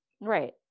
Right